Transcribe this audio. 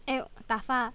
!aiyo! 打发